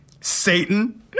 Satan